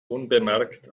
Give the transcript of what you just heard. unbemerkt